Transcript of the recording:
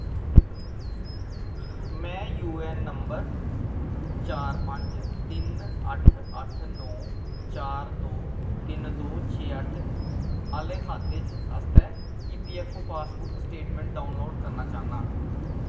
में UAN number चार पंज तिन अट्ठ अट्ठ नौ चार दो तिन दो छे अट्ठ आह्ले खाते आस्तै ईपीऐफ्फओ पासबुक स्टेटमैंट डाउनलोड करना चाह्न्नां